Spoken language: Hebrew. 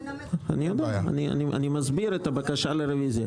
אני מסביר את הבקשה לרוויזיה.